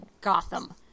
Gotham